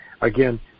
Again